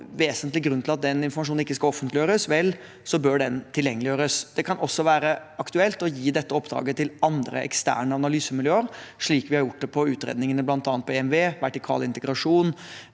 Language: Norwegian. vesentlig grunn til at den informasjonen ikke skal offentliggjøres, vel, så bør den tilgjengeliggjøres. Det kan også være aktuelt å gi dette oppdraget til andre eksterne analysemiljøer, slik vi har gjort det på utredningene om bl.a. EMV, vertikal integrasjon